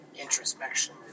introspection